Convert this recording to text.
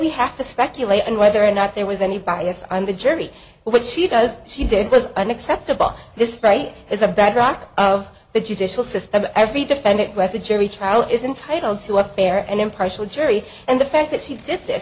we have to speculate and whether or not there was any bias on the jury what she does she did was unacceptable this right is a bedrock of the judicial system every defendant with a jury trial is entitle to a fair and impartial jury and the fact that he did th